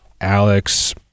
Alex